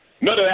None